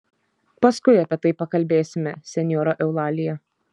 paskui apie tai pakalbėsime senjora eulalija